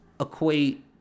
equate